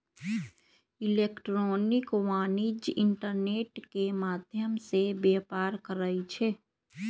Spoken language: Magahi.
इलेक्ट्रॉनिक वाणिज्य इंटरनेट के माध्यम से व्यापार करइ छै